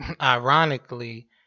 ironically